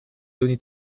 دون